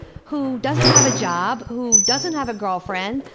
who doesn't have a job, who doesn't have a girlfriend,